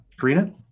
Karina